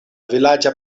vilaĝa